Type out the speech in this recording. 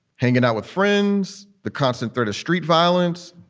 hanging out with friends, the constant threat of street violence,